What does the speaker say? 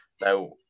Now